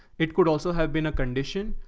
it could also have been a condition.